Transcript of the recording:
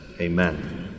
amen